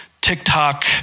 TikTok